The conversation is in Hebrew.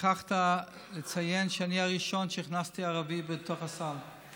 שכחת לציין שאני הראשון שהכניס ערבי בתוך הסל.